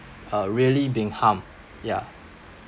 uh really being harmed yeah